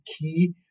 key